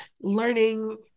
learning